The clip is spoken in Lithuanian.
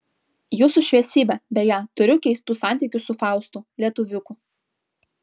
jūsų šviesybe beje turiu keistų santykių su faustu lietuviuku